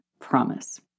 promise